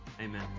Amen